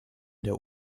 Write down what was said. der